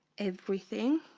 everything